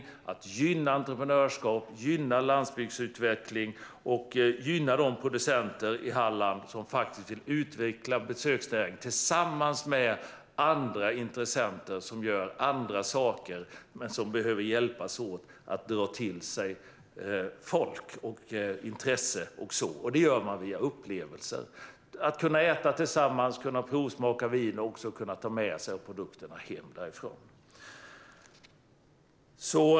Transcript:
Det handlar om att gynna entreprenörskap, gynna landsbygdsutveckling och gynna de producenter i Halland som vill utveckla besöksnäringen tillsammans med andra intressenter som gör andra saker. De behöver hjälpas åt med att dra till sig folk, intresse och så vidare. Det gör man via upplevelser: att kunna äta tillsammans, att kunna provsmaka vin och att också kunna ta med sig produkterna hem därifrån.